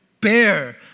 Bear